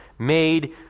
made